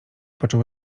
począł